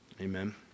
Amen